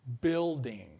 Building